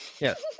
Yes